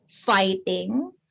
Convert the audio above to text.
fighting